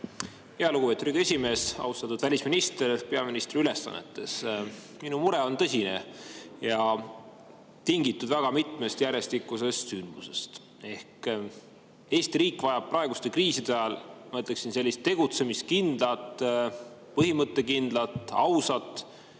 Riigikogu esimees! Austatud välisminister peaministri ülesannetes! Minu mure on tõsine ja tingitud väga mitmest järjestikusest sündmusest. Eesti riik vajab praeguste kriiside ajal, ma ütleksin, tegutsemiskindlat, põhimõttekindlat, ausat